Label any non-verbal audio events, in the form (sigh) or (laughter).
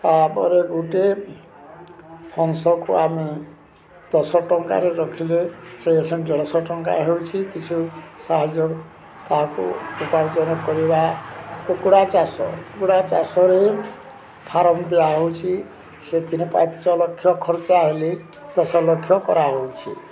ତା'ପରେ ଗୋଟେ ହଂସକୁ ଆମେ ଦଶ ଟଙ୍କାରେ ରଖିଲେ ସେ (unintelligible) ଦେଢ଼ଶହ ଟଙ୍କା ହେଉଛି କିଛି ସାହାଯ୍ୟ ତାହାକୁ ଉପାର୍ଜନ କରିବା କୁକୁଡ଼ା ଚାଷ କୁକୁଡ଼ା ଚାଷରେ ଫାର୍ମ ଦିଆହେଉଛି ସେଥିରେ ପାଞ୍ଚ ଲକ୍ଷ ଖର୍ଚ୍ଚ ହେଲେ ଦଶ ଲକ୍ଷ କରାହେଉଛି